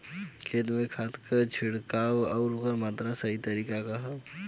खेत में खाद क छिड़काव अउर मात्रा क सही तरीका का ह?